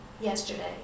yesterday